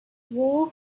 war